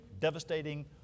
devastating